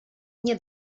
nie